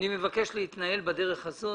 אני מבקש להתנהל בדרך הזאת